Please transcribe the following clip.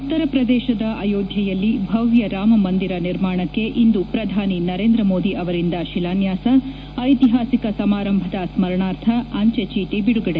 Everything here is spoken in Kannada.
ಉತ್ತರ ಪ್ರದೇಶದ ಅಯೋಧ್ಯೆಯಲ್ಲಿ ಭವ್ಯ ರಾಮ ಮಂದಿರ ನಿರ್ಮಾಣಕ್ಕೆ ಇಂದು ಪ್ರಧಾನಿ ನರೇಂದ್ರ ಮೋದಿ ಅವರಿಂದ ಶಿಲಾನ್ಯಾಸ ಐತಿಹಾಸಿಕ ಸಮಾರಂಭದ ಸ್ಕರಣಾರ್ಥ ಅಂಚೆ ಚೀಟಿ ಬಿಡುಗಡೆ